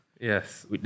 Yes